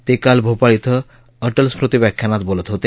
ते काल भोपाळ इथं अटल स्मृती व्याख्यानात बोलत होते